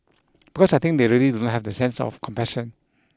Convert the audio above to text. because I think they really do not have that sense of compassion